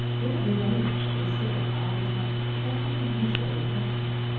they don't live anywhere, they sail all the time, but they often come ashore to talk to me.